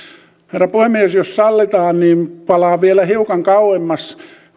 herra puhemies jos sallitaan niin palaan vielä hiukan kauemmas